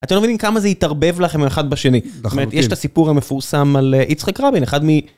אתם לא מבינים כמה זה יתערבב לכם אחד בשני. זאת אומרת, יש את הסיפור המפורסם על יצחק רבין, אחד מ...